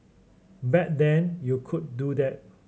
back then you could do that